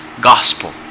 gospel